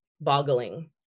boggling